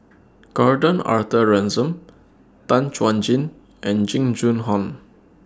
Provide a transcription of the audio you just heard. Gordon Arthur Ransome Tan Chuan Jin and Jing Jun Hong